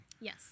Yes